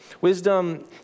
Wisdom